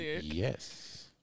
Yes